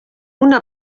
una